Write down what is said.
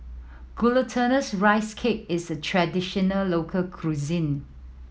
Glutinous Rice Cake is a traditional local cuisine